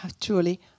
truly